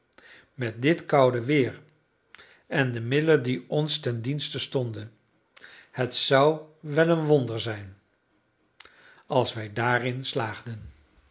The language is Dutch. met dit koude weer en de middelen die ons ten dienste stonden het zou wel een wonder zijn als wij daarin slaagden